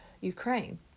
Ukraine